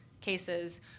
cases